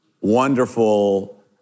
Wonderful